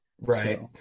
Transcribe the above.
Right